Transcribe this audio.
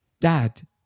dad